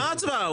מה הצבעה?